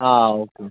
ആ ഓക്കേ